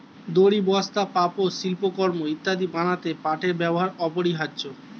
দড়ি, বস্তা, পাপোশ, শিল্পকর্ম ইত্যাদি বানাতে পাটের ব্যবহার অপরিহার্য